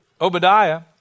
Obadiah